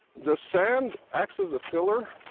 the sand acts as a filler,